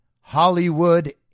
Hollywood